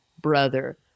brother